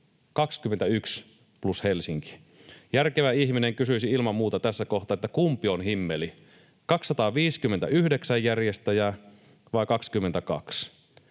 21 plus Helsinki. Järkevä ihminen kysyisi ilman muuta tässä kohtaa, kumpi on himmeli: 259 vai 22